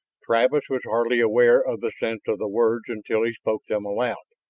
travis was hardly aware of the sense of the words until he spoke them aloud.